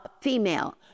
female